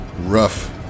Rough